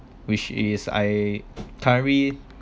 which is I currently